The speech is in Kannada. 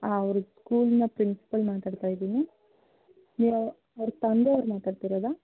ಹಾಂ ಅವರ ಸ್ಕೂಲಿನ ಪ್ರಿನ್ಸಿಪಲ್ ಮಾತಾಡ್ತಾ ಇದ್ದೀನಿ ನೀವು ಅವರ ತಂದೆ ಅವರು ಮಾತಾಡ್ತಿರೋದಾ